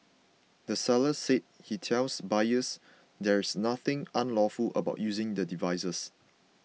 the seller said he tells buyers there's nothing unlawful about using the devices